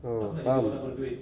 oh faham